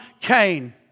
Cain